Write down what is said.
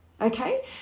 Okay